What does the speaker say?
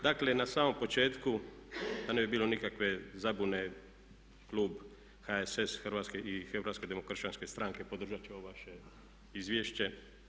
Dakle na samom početku da ne bi bilo nikakve zabune klub HSS Hrvatske i Hrvatske demokršćanske stranke podržati će ovo vaše izvješće.